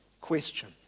Question